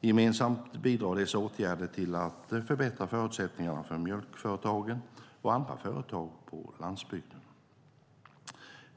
Gemensamt bidrar dessa åtgärder till att förbättra förutsättningarna för mjölkföretagen och andra företag på landsbygden.